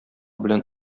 белән